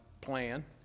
plan